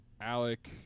Alec